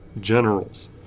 generals